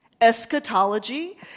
eschatology